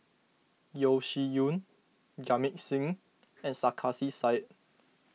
Yeo Shih Yun Jamit Singh and Sarkasi Said